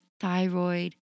thyroid